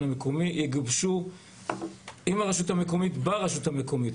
המקומי יגובשו עם הרשות המקומית ברשות המקומית.